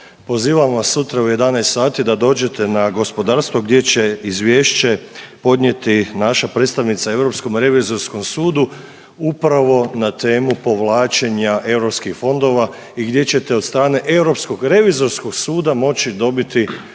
pozivam vas sutra u 11 sati da dođete na gospodarstvo gdje će izvješće podnijeti naša predstavnica u Europskom revizorskom sudu upravo na temu povlačenja europskih fondova i gdje ćete od strane Europskog revizorskog suda moći dobiti